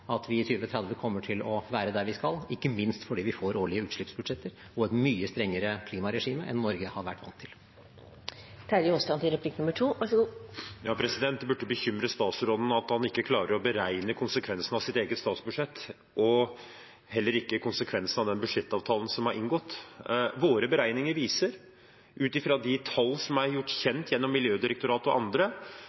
at vi i 2030 kommer til å være der vi skal, ikke minst fordi vi får årlige utslippsbudsjetter og et mye strengere klimaregime enn Norge har vært vant til. Det burde bekymre statsråden at han ikke klarer å beregne konsekvensene av sitt eget statsbudsjett, og heller ikke konsekvensene av den budsjettavtalen som er inngått. Våre beregninger viser ut fra de tall som er gjort kjent gjennom Miljødirektoratet og andre,